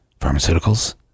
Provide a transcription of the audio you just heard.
Pharmaceuticals